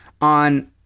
on